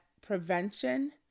prevention